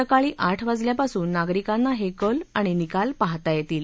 सकाळी आठ वाजल्यापासून नागरिकांना हे कल आणि निकाल पाहता येतील